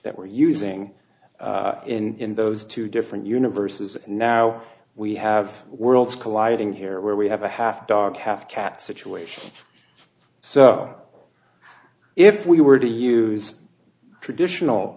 that we're using in those two different universes now we have worlds colliding here where we have a half dog have cat situation so if we were to use traditional